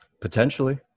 Potentially